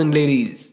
ladies